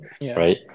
right